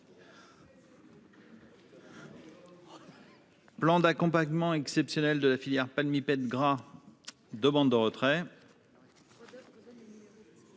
Plan d'accompagnement exceptionnelles de la filière palmipèdes gras demande de retrait.